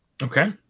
Okay